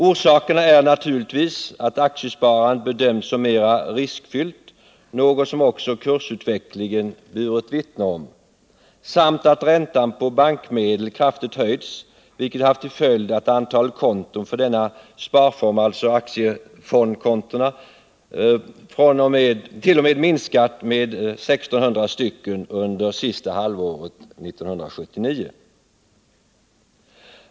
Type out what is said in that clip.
Orsakerna är naturligtvis att aktiesparandet bedöms som mer riskfyllt — något som också kursutvecklingen burit vittne om — samt att räntan på bankmedel kraftigt höjts, vilket haft till följd att antalet aktiefondkonton t.o.m. har minskat med 1 600 under det sista halvåret 1979.